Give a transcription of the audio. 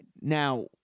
Now